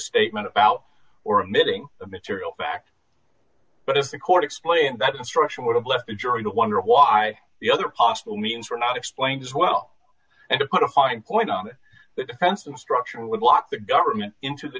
statement about or admitting a material fact but if the court explained that instruction would have left the jury to wonder why the other possible means were not explained as well and to put a fine point on the defense instruction would lock the government into the